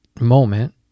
moment